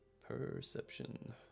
Perception